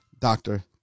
doctor